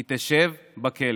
היא תשב בכלא.